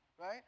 Right